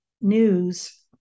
news